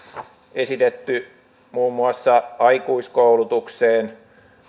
esitetty muun muassa aikuiskoulutukseen